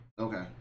Okay